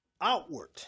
Outward